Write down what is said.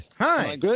Hi